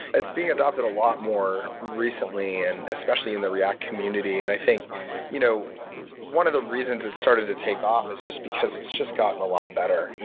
it's being adopted a lot more recently, and especially in the react community. and i think you know one of the reasons it started to take off is just because it's gotten a lot better.